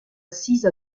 assise